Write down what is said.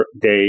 day